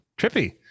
trippy